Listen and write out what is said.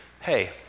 hey